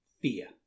Fear